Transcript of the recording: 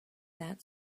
that